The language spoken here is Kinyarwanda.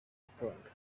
gitondo